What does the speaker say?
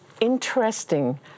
interesting